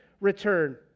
return